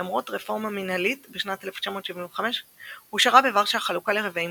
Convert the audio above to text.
למרות רפורמה מנהלית בשנת 1975 הושארה בוורשה החלוקה לרבעים,